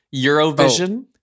Eurovision